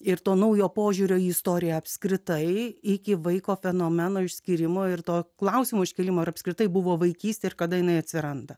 ir to naujo požiūrio į istoriją apskritai iki vaiko fenomeno išskyrimo ir to klausimo iškėlimo ar apskritai buvo vaikystėje ir kada jinai atsiranda